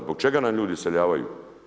Zbog čega nam ljudi iseljavaju?